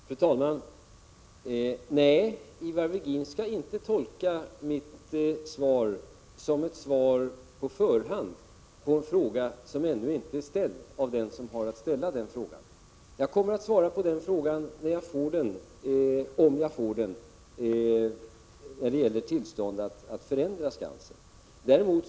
Fru talman! Nej, Ivar Virgin skall inte tolka mitt svar som ett svar på förhand på en fråga som ännu inte har ställts av den som i så fall har att göra det. Jag kommer att besvara frågan om tillstånd att förändra skansen när jag får den, om jag får den.